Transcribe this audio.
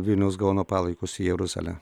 vilniaus gaono palaikus į jeruzalę